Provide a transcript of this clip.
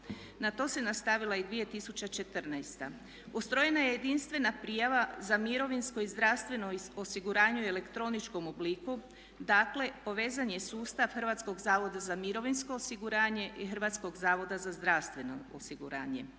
Na to se nastavila i 2014. Ustrojena je jedinstvena prijava za mirovinsko i zdravstveno osiguranje u elektroničkom obliku, dakle povezan je sustav HZMO-a i HZZO-a pa obveznici više ne moraju podnositi zasebne prijave